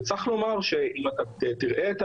צריך לומר שאם אתה תראה את